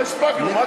לא הספקנו.